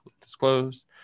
disclosed